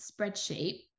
spreadsheet